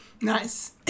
nice